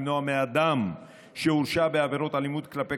שהיא למנוע מאדם שהורשע בעבירות אלימות כלפי